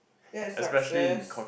that is success